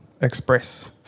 express